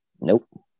Nope